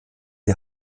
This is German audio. die